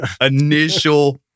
initial